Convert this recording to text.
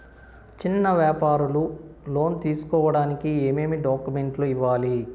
చిన్న వ్యాపారులు లోను తీసుకోడానికి ఏమేమి డాక్యుమెంట్లు ఇవ్వాలి?